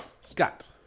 Scott